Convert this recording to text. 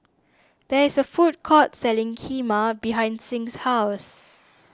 there is a food court selling Kheema behind Sing's house